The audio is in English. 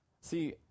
See